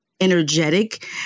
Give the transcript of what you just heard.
energetic